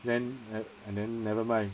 then then and then never mind